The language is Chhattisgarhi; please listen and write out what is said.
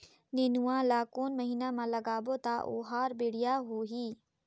नेनुआ ला कोन महीना मा लगाबो ता ओहार बेडिया होही?